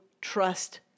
trust